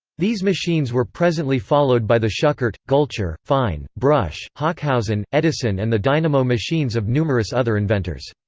these machines were presently followed by the schuckert, gulcher, fein, brush, hochhausen, edison and the dynamo machines of numerous other inventors.